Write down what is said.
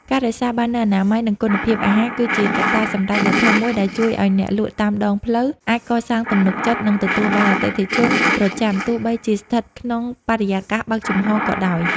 ការរក្សាបាននូវអនាម័យ និងគុណភាពអាហារគឺជាកត្តាសម្រេចដ៏ធំមួយដែលជួយឱ្យអ្នកលក់តាមដងផ្លូវអាចកសាងទំនុកចិត្ត និងទទួលបានអតិថិជនប្រចាំ ទោះបីជាស្ថិតក្នុងបរិយាកាសបើកចំហក៏ដោយ។